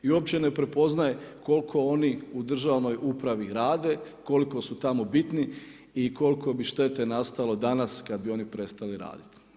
I uopće ne prepoznaje koliko oni u državnoj upravi rade, koliko su tamo bitni i koliko su štete nastalo danas kad bi oni prestali raditi.